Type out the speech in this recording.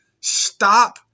Stop